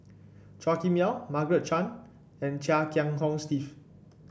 Chua Kim Yeow Margaret Chan and Chia Kiah Hong Steve